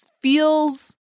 feels